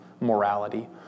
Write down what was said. morality